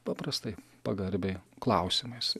paprastai pagarbiai klausimais